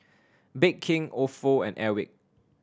Bake King Ofo and Airwick